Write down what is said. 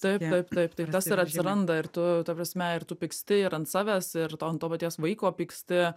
taip taip taip tai tas ir atsiranda ir tu ta prasme ir tu pyksti ir ant savęs ir to ant to paties vaiko pyksti